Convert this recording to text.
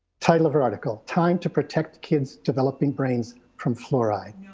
title of her article, time to protect kids developing brains from fluoride.